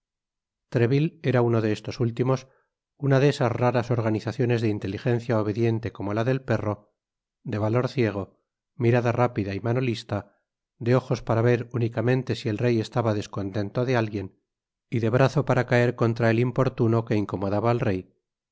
era uno de estos últimos una de esas raras organizaciones de inteligencia obediente como la del perro de valor ciego mirada rápida y mano lista de ojos para ver únicamente si el rey estaba descontento de alguien y de brazo para caer contra el importuno que incomodaba al rey un